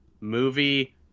movie